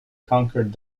conquered